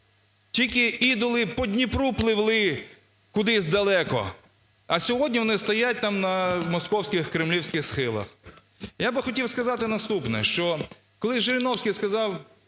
тільки ідоли по Дніпру пливли кудись далеко, а сьогодні вони стоять там на московських, кремлівських схилах. Я би хотів сказати наступне, що колись Жириновський сказав